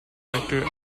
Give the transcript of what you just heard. director